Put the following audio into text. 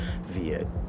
via